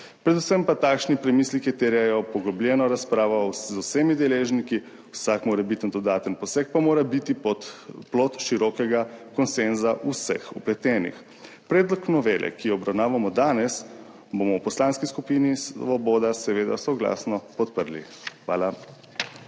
predvsem pa terjajo takšni premisleki poglobljeno razpravo z vsemi deležniki, vsak morebiten dodaten poseg pa mora biti plod širokega konsenza vseh vpletenih. Predlog novele, ki jo obravnavamo danes, bomo v Poslanski skupini Svoboda seveda soglasno podprli. Hvala.